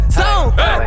zone